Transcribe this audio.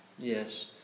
Yes